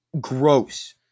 Gross